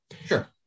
Sure